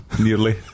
nearly